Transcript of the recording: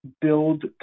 build